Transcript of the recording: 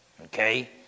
Okay